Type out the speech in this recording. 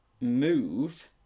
move